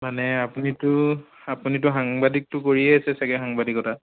মানে আপুনিতো আপুনিতো সাংবাদিকটো কৰিয়ে আছে চাগৈ সাংবাদিকতা